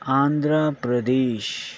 Andhra Pradesh